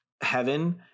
heaven